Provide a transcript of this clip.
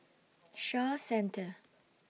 Shaw Centre